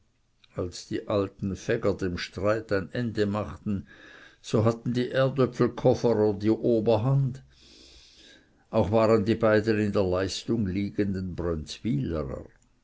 als die alten fäger dem streit ein ende machten so hatten die erdöpfelkofer die oberhand auch waren die beiden in der leistung liegenden